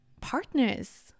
partners